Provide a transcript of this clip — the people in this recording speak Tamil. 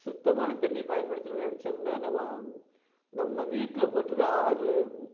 சுத்தமான தண்ணியை பயன்படுத்தணும் நினச்சம்னா நம்ம நம்ம வீட்டில போடுற ஆறு